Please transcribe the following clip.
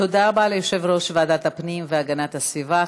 תודה רבה ליושב-ראש ועדת הפנים והגנת הסביבה,